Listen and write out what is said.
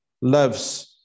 loves